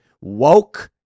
woke